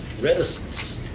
reticence